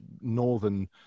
northern